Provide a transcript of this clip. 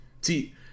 See